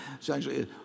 essentially